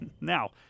Now